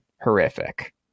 horrific